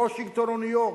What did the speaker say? וושינגטון או ניו-יורק,